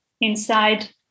inside